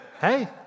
Hey